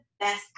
best